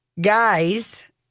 guys